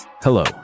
Hello